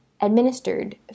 administered